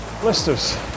blisters